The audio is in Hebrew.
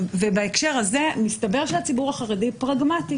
בהקשר הזה מסתבר שהציבור החרדי פרגמטי